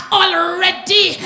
already